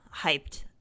hyped